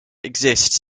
exists